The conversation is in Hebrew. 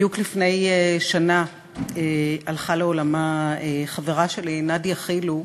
בדיוק לפני שנה הלכה לעולמה חברה שלי, נאדיה חילו,